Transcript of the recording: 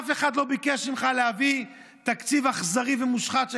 אף אחד לא ביקש ממך להביא תקציב אכזרי ומושחת שכזה.